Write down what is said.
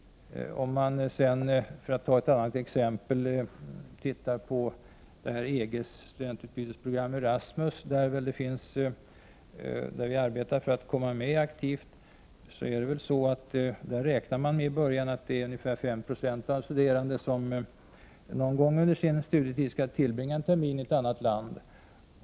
Inom EG:s studentutbytesprogram, ERASMUS, som vi arbetar aktivt för att komma med i, räknar man med att ungefär 5 96 av de studerande någon gång under sin studietid skall tillbringa en termin i ett annat land.